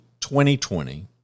2020